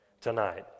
tonight